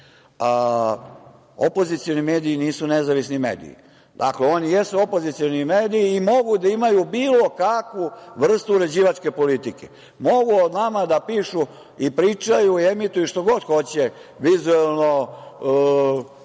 Opozicioni mediji nisu nezavisni mediji. Dakle, oni jesu opozicioni mediji i mogu da imaju bilo kakvu vrstu uređivačke politike. Mogu o nama da pišu i pričaju i emituju šta god hoće, vizuelno,